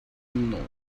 unknown